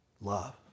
Love